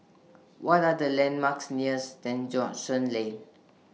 What Are The landmarks near St George's Lane